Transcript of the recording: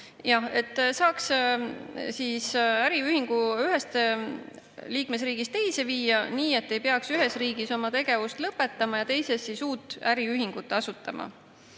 Jah, saaks äriühingu ühest liikmesriigist teise viia nii, et ei peaks ühes riigis oma tegevust lõpetama ja teises uut äriühingut asutama.